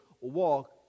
walk